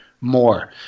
more